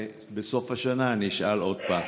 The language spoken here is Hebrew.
ובסוף השנה אני אשאל עוד פעם,